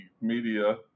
media